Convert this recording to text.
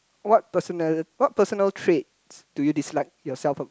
what personal what personal traits do you dislike yourself